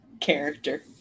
character